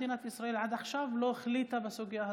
מדינת ישראל עד עכשיו לא החליטה בסוגיה הזאת,